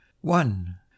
one